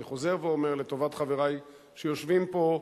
אני חוזר ואומר לטובת חברי שיושבים פה,